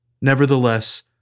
Nevertheless